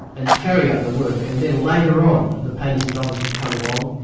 and carry out the work, and then later on, the painters and dockers would come along,